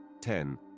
ten